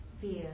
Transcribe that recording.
fear